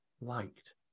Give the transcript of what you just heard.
liked